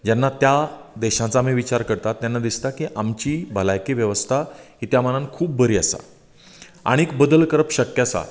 जेन्ना त्या देशाचो आमी विचार करतात तेन्ना दिसता की आमची भलायकी वेवस्ता त्या मानान खूब बरी आसा आनीक बदल करप शक्य आसा